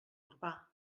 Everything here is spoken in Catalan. urbà